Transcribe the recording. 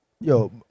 yo